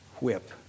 whip